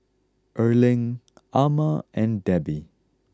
Erling Ama and Debbi